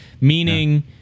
meaning